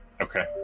Okay